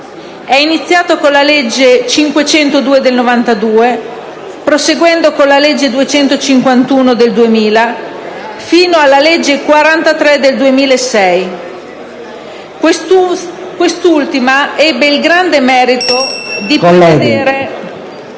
è iniziato con la legge n. 502 del 1992, proseguendo con la legge n. 251 del 2000 fino alla legge n. 43 del 2006. Quest'ultima ebbe il grande merito...